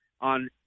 on